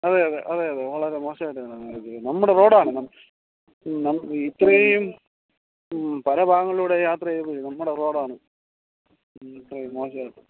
അതെ അതെ അതെ അതെ വളരെ മോശമായിട്ട് തന്നാ നമ്മൾ ഉപയോഗിക്കുന്നത് നമ്മുടെ റോഡാണ് നം ഇത്രേം പല ഭാഗങ്ങളിലൂടെ യാത്ര ചെയ്ത് നമ്മുടെ റോഡാണ് ഇത്രേം മോശമായിട്ട്